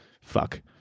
Fuck